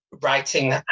Writing